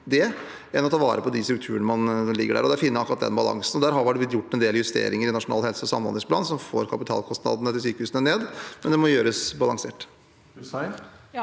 enn å ta vare på de strukturene som ligger der. Det er å finne akkurat den balansen. Det har blitt gjort en del justeringer i Nasjonal helse- og samhandlingsplan som får kapitalkostnadene til sykehusene ned, men det må gjøres balansert.